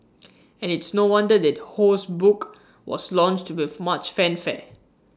and it's no wonder that Ho's book was launched with much fanfare